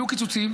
היו קיצוצים,